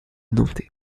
nantais